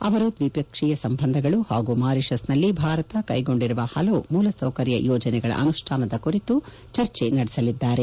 ಅವರು ದ್ವಿಪಕ್ಷೀಯ ಸಂಬಂಧಗಳು ಹಾಗೂ ಮಾರಿಶಸ್ನಲ್ಲಿ ಭಾರತ ಕೈಗೊಂಡಿರುವ ಹಲವು ಮೂಲಸೌಕರ್ಯ ಯೋಜನೆಗಳ ಅನುಷ್ಠಾನದ ಕುರಿತು ಚರ್ಚೆ ನಡೆಸಲಿದ್ದಾರೆ